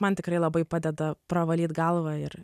man tikrai labai padeda pravalyt galvą ir